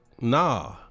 Nah